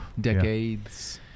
decades